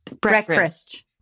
Breakfast